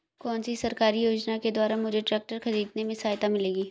कौनसी सरकारी योजना के द्वारा मुझे ट्रैक्टर खरीदने में सहायता मिलेगी?